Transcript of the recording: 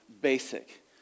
basic